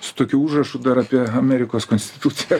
su tokiu užrašu dar apie amerikos konstituciją